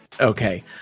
Okay